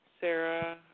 Sarah